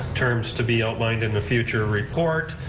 terms to be outlined in a future report,